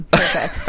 perfect